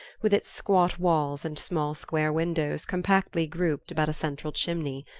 with its squat walls and small square windows compactly grouped about a central chimney.